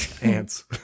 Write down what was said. Ants